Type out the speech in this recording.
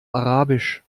arabisch